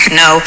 no